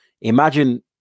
Imagine